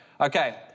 Okay